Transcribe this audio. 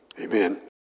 Amen